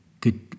good